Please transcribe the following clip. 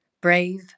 brave